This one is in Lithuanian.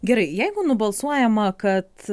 gerai jeigu nubalsuojama kad